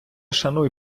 шануй